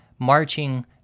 marching